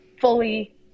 fully